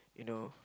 you know